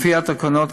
לפי התקנות,